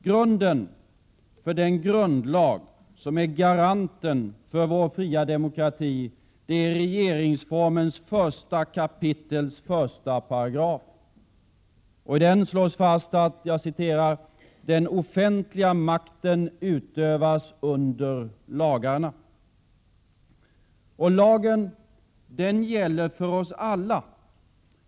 Grunden för den grundlag som är garanten för vår fria demokrati är regeringsformens första kapitels första paragraf. I den slås fast: ”Den offentliga makten utövas under lagarna.” Lagen gäller oss alla.